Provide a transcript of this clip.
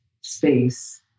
space